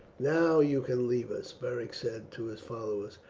now you can leave us, beric said to his followers,